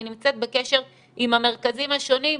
אני נמצאת בקשר עם המרכזים השונים.